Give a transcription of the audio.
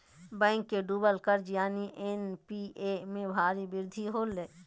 bank के डूबल कर्ज यानि एन.पी.ए में भारी वृद्धि होलय